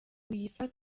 wiyita